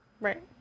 Right